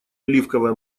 оливковое